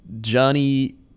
Johnny